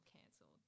cancelled